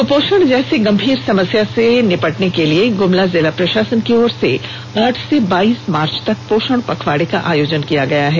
कुपोषण जैसी गंभीर समस्या से निपटने के लिए गुमला जिला प्रषासन की ओर से आठ से बाइस मार्च तक पोषण पखवाड़ा का आयोजन किया है